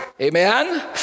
Amen